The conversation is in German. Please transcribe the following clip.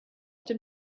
dem